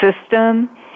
system